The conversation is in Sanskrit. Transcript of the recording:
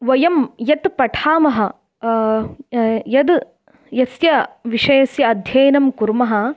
वयं यत् पठामः यत् यस्य विषयस्य अध्ययनं कुर्मः